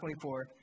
24